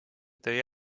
tõi